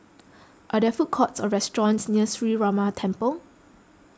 are there food courts or restaurants near Sree Ramar Temple